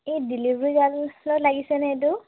এই ডেলিভাৰী লাগিছেনে এইটো